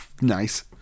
nice